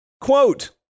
Quote